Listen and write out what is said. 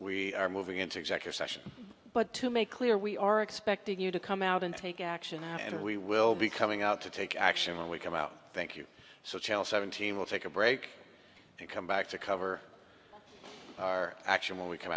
we are moving into exact your session but to make clear we are expecting you to come out and take action and we will be coming out to take action when we come out thank you so channel seventeen will take a break and come back to cover our action when we come